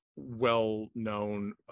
well-known